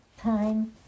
time